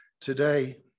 today